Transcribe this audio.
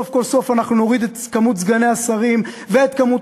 סוף כל סוף אנחנו נוריד את כמות סגני השרים ואת כמות